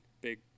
big